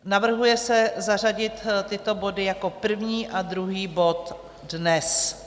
Navrhuje se zařadit tyto body jako první a druhý bod dnes.